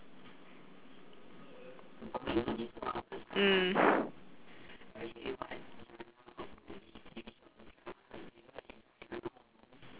mm